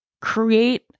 create